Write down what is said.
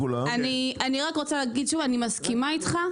אני מסכימה איתך.